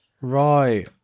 Right